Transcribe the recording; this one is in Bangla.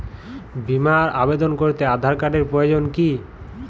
বিমার আবেদন করতে আধার কার্ডের প্রয়োজন কি?